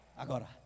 Agora